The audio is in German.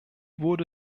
wurde